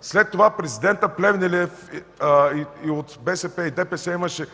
След това президентът Плевнелиев, и от БСП и ДПС имаше